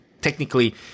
technically